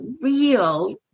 real